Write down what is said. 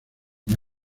una